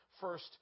first